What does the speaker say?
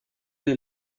est